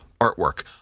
artwork